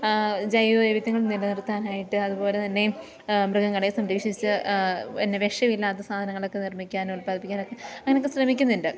ജൈവ വൈവിധ്യങ്ങൾ നിലനിർത്താനായിട്ട് അതു പോലെ തന്നെ മൃഗങ്ങളെ സംരക്ഷിച്ച് എന്നെ വിഷമില്ലാത്ത സാധനങ്ങളൊക്കെ നിർമ്മിക്കാനും ഉൽപാദിപ്പിക്കാനൊക്കെ അതിനൊക്കെ ശ്രമിക്കുന്നുണ്ട്